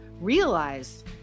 realize